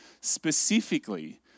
specifically